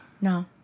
No